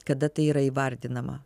kada tai yra įvardinama